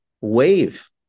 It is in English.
wave